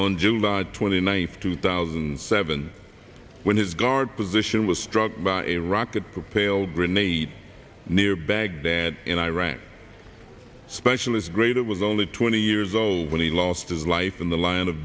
on july twenty ninth two thousand and seven when his guard position was struck by a rocket propelled grenade near baghdad and iraq specialist graner was only twenty years old when he lost his life in the line of